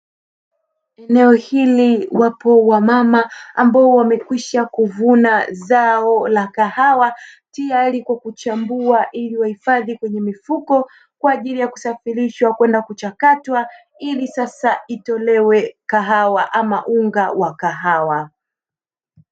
Eneo hili wapo wamama ambao wamekwisha kuvuna zao la kahawa tayari kwa kuchambua ili wahifadhi kwenye mifuko kwa ajili ya kusafirishwa kwenda kuchakatwa ili sasa itolewe kahawa ama unga wa kahawa.